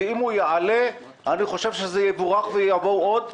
ואם הוא ישתפר אני חושב שזה יבורך ויבואו עוד.